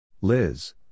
Liz